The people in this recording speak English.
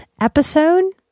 episode